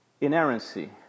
inerrancy